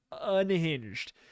unhinged